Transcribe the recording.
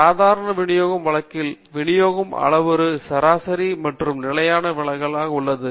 சாதாரண விநியோக வழக்கில் விநியோகம் அளவுருக்கள் சராசரி மற்றும் நிலையான விலகல் ஆக உள்ளன